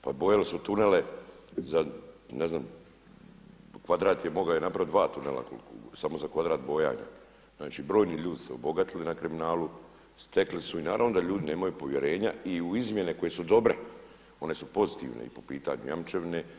Pa bojali su tunele za, ne znam, kvadrat je mogao napraviti i dva tunela, samo za kvadrat bojanja, znači brojni ljudi su se obogatili na kriminalu, stekli su i naravno da ljudi nemaju povjerenja i u izmjene koje su dobre, one su pozitivne i po pitanju jamčevine.